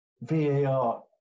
var